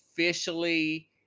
officially